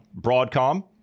Broadcom